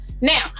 Now